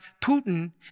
Putin